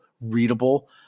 readable